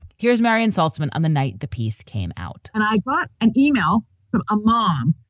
here's marion saltsman on the night the piece came out and i got an email from a mom.